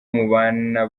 mubana